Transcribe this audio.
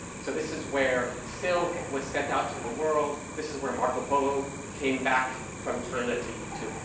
so this is where silk was sent out to the world. this is where marco polo came back from china to, to,